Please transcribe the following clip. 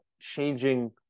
changing